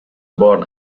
born